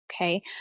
Okay